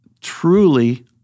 truly